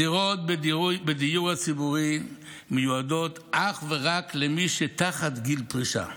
הדירות בדיור הציבורי מיועדות אך ורק למי שמתחת גיל הפרישה.